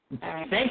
thank